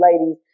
ladies